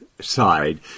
side